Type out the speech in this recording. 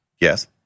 Yes